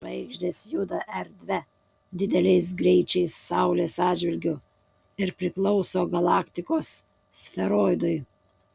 žvaigždės juda erdve dideliais greičiais saulės atžvilgiu ir priklauso galaktikos sferoidui